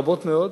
רבות מאוד,